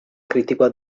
kritikoa